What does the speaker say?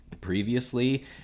previously